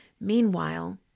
Meanwhile